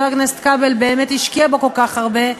הכנסת כבל באמת השקיע בו כל כך הרבה,